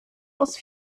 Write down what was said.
aus